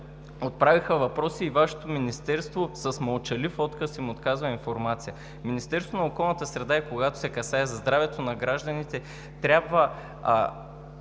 отправиха въпроси и Вашето министерство с мълчалив отказ им отказа информация. Министерството на околната среда и водите, когато се касае за здравето на гражданите, според мен